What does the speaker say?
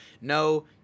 No